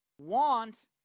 want